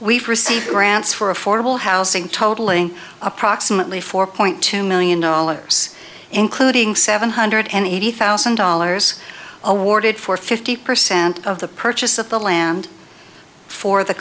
we've received grants for affordable housing totaling approximately four point two million dollars including seven hundred and eighty thousand dollars awarded for fifty percent of the purchase of the land for the